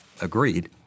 agreed